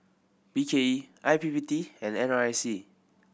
B K E I P P T and N R I C